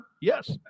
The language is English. Yes